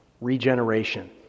regeneration